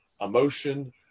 emotion